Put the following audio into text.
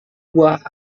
buah